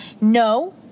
No